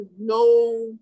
no